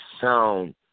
sound